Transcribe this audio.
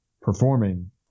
performing